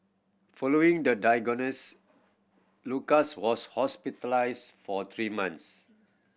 following the diagnosis Lucas was hospitalised for three months